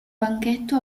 banchetto